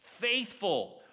faithful